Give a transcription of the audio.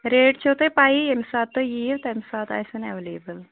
rate چھَو تۄہہِ پَیی ییٚمہِ ساتہٕ تہۍ یِیِو تَمہِ ساتہٕ آسٮ۪ن ایٚویلیبُل